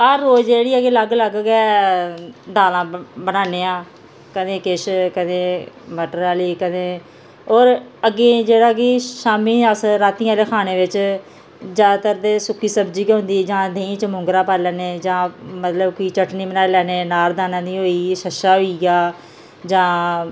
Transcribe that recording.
हर रोज जेह्ड़ी ऐ कि लग्ग लग्ग गै दालां बनान्ने आं कदें किश कदें मटर आह्ली कदें और अग्गें जेह्ड़ा कि शामीं अस रातीं आह्ले खाने बिच जैदातर ते सुक्की सब्जी गै होंदी जां देहीं च मोंगरा पाई लैन्ने जां मतलब कि चटनी बनाई लैन्ने नारदाने दी होई गेई छच्छा होई गेआ जां